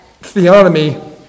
theonomy